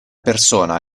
persona